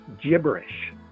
gibberish